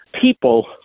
people